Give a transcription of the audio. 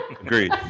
Agreed